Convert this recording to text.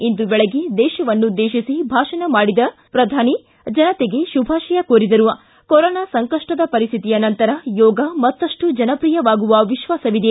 ಇಂದು ಬೆಳಗ್ಗೆ ದೇಶವನ್ನುದ್ದೇತಿಸಿ ಭಾಷಣ ಮಾಡಿ ಜನತೆಗೆ ಶುಭಾಶಯ ಕೋರಿದ ಅವರು ಕೊರೊನಾ ಸಂಕಷ್ಟ ಪರಿಸ್ಥಿತಿಯ ನಂತರ ಯೋಗ ಮತ್ತಷ್ಟು ಜನಪ್ರಿಯವಾಗುವ ವಿಶ್ವಾಸವಿದೆ